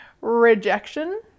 Rejection